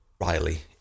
riley